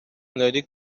lady